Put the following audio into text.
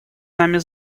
нами